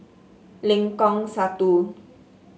Lengkong Satu